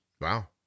Wow